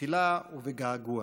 בתפילה ובגעגוע.